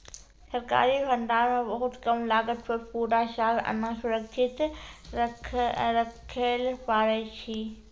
सरकारी भंडार मॅ बहुत कम लागत पर पूरा साल अनाज सुरक्षित रक्खैलॅ पारै छीं